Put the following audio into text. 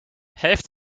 heeft